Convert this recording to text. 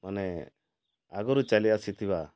ମାନେ ଆଗରୁ ଚାଲି ଆସିଥିବା